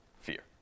fear